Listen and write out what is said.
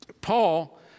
Paul